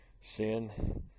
Sin